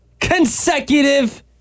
consecutive